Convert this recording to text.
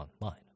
online